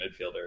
midfielder